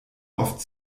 oft